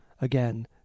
again